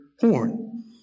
porn